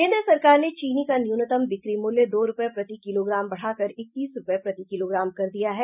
केन्द्र सरकार ने चीनी का न्यूनतम बिक्री मूल्य दो रुपए प्रति किलोग्राम बढ़ाकर इकतीस रुपए प्रति किलोग्राम कर दिया है